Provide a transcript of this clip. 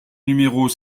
numéros